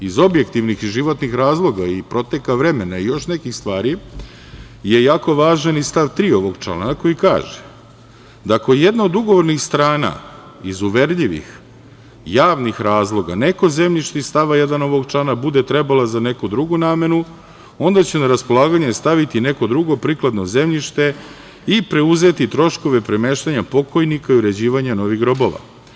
Iz objektivnih i životnih razloga i proteka vremena i još nekih stvari je jako važan i stav 3. ovog člana koji kaže – da ako jedna od ugovornih strana iz uverljivih, javnih razloga neko zemljište iz stava 1. ovog člana bude trebala za neku drugu namenu onda će na raspolaganje staviti neko drugo prikladno zemljište i preuzeti troškove premeštanja pokojnika i uređivanje novih grobova.